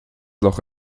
loch